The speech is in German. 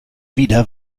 wieder